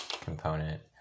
component